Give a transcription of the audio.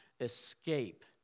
escape